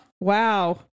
Wow